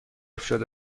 شده